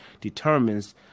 determines